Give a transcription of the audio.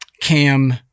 cam